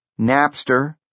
Napster